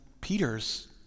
Peter's